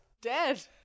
dead